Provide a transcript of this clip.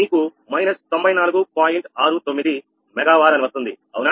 69 megawatt అని వస్తుంది కదా